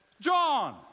John